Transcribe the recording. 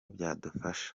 byadufasha